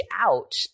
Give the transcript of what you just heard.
out